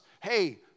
hey